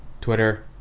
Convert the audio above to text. Twitter